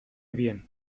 bien